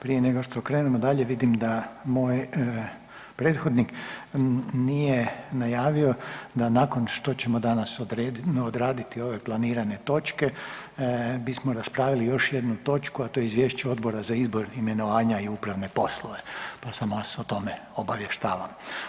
Prije nego što krenemo dalje, vidim da moj prethodnik nije najavio, da nakon što ćemo danas odrediti, odraditi ove planirane točke, bismo raspravili još jednu točku, a to je Izvješće Odbora za izbor, imenovanja i upravne poslove pa samo vas o tome obavještavam.